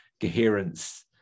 coherence